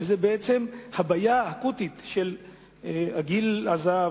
וזאת בעצם הבעיה האקוטית של גיל הזהב,